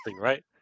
right